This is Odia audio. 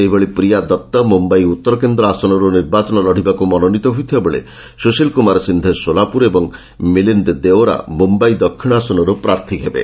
ସେହିଭଳି ପ୍ରିୟା ଦତ୍ତ ମୁମ୍ବାଇ ଉତ୍ତର କେନ୍ଦ୍ର ଆସନରୁ ନିର୍ବାଚନ ଲଢ଼ିବାକୁ ମନୋନୀତ ହୋଇଥିବା ବେଳେ ସୁଶୀଲ କୁମାର ସିନ୍ଧେ ସୋଲାପୁର ଏବଂ ମିଲିନ୍ଦ ଦେଓରା ମୁମ୍ବାଇ ଦକ୍ଷିଣ ଆସନରୁ ପ୍ରାର୍ଥୀ ହେବେ